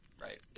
right